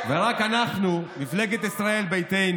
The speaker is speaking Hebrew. ומה עם מנסור עבאס?